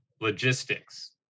logistics